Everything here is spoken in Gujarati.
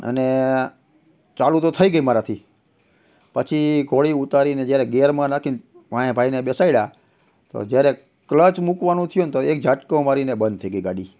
અને ચાલુ તો થઈ ગઈ મારાથી પછી ઘોડી ઉતારીને જ્યારે ગેરમાં નાખી ને વાંસે ભાઈને બેસાડ્યા તો જ્યારે ક્લચ મૂકવાનું થયું ને તો એક ઝાટકો મારીને બંધ થઈ ગઈ ગાડી